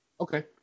Okay